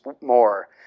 more